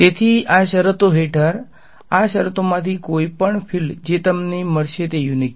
તેથી આ શરતો હેઠળ આ શરતોમાંથી કોઈપણ ફીલ્ડ જે તમને મળશે તે યુનીક છે